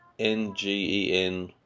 n-g-e-n